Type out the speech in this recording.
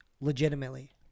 Legitimately